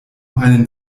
einen